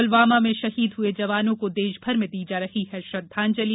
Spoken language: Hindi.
पुलवामा में शहीद हुये जवानों को देशभर में दी जा रही है श्रद्धांजलि